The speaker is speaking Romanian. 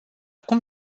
cum